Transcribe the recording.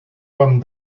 comme